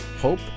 hope